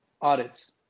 audits